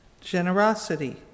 generosity